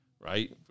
Right